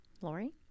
Lori